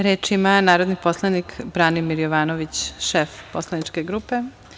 Reč ima narodni poslanik Branimir Jovanović, šef poslaničke grupe.